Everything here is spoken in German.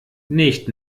nicht